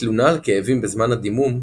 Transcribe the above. תלונה על כאבים בזמן הדימום,